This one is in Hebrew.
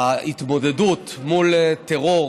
ההתמודדות מול טרור